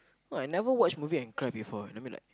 oh I never watch movie and cry before I mean like